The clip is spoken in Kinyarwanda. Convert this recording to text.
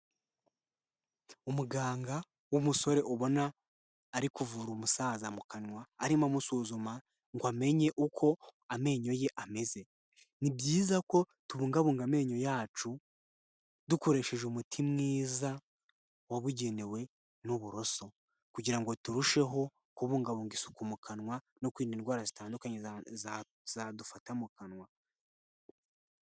Umuganga w'umusore ubona ari kuvura umusaza mu kanwa arimo amusuzuma ngo amenye uko amenyo ye ameze. Ni byiza ko tubungabunga amenyo yacu dukoresheje umuti mwiza wabugenewe n'uburoso, kugira ngo turusheho kubungabunga isuku mu kanwa no kwirinda indwara zitandukanye zadufata mu kanwa.